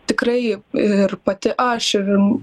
tikrai ir pati aš